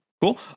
Cool